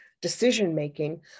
decision-making